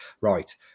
right